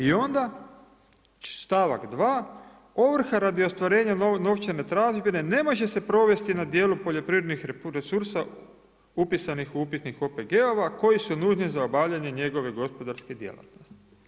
I onda stavak 2. ovrha radi ostvarenja novčane tražbine ne može se provesti na dijelu poljoprivrednih resursa upisanih u upisnik OPG-ova koji su nužni za obavljanje njegove gospodarske djelatnosti.